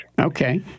Okay